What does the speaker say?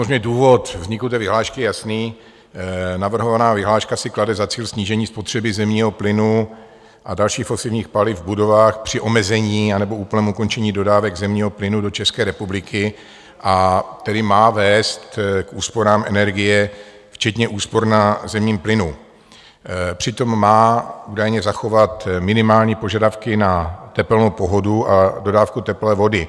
Samozřejmě důvod vzniku té vyhlášky je jasný, navrhovaná vyhláška si klade za cíl snížení spotřeby zemního plynu a dalších fosilních paliv v budovách při omezení anebo úplném ukončení dodávek zemního plynu do České republiky, a má tedy vést k úsporám energie včetně úspor na zemním plynu, přitom má údajně zachovat minimální požadavky na tepelnou pohodu a dodávku teplé vody.